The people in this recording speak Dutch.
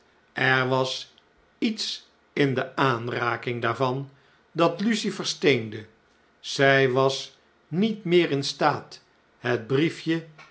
er was iets in de aanraking daarvan dat lucie versteende zy was niet meer in staat het briefje